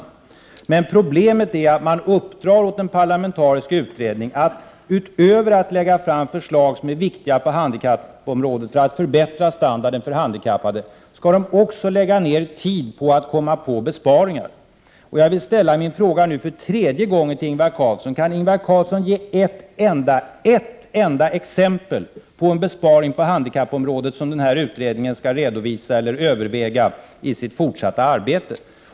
Problemet är emellertid att regeringen uppdrar åt en parlamentarisk utredning att utöver att lägga förslag som är viktiga på handikappområdet för att förbättra standarden för handikappade också lägga ned tid på att komma på besparingar. Jag vill därför ställa min fråga för tredje gången till Ingvar Carlsson: Kan Ingvar Carlsson ge ett enda exempel på en besparing på handikappområdet som den här utredningen skall redovisa eller överväga i sitt fortsatta arbete?